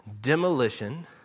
demolition